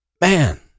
man